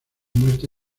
muerte